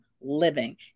living